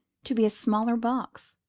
to be a smaller box,